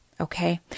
Okay